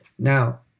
Now